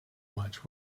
much